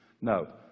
No